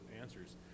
answers